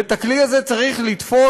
ואת הכלי הזה צריך לתפוס,